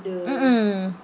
mm mm